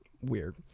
weird